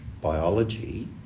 biology